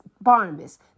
Barnabas